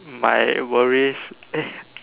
my worries is